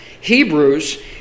Hebrews